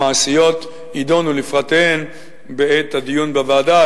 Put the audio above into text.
המעשיות, יידונו לפרטיהן בעת הדיון בוועדה.